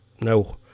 no